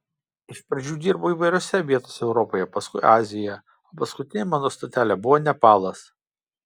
iš pradžių dirbau įvairiose vietose europoje paskui azijoje o paskutinė mano stotelė buvo nepalas